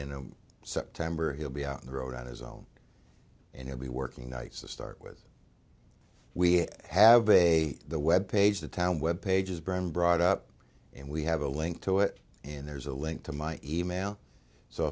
in september he'll be out on the road on his own and will be working nights to start with we have a the web page the town web pages brand brought up and we have a link to it and there's a link to my email so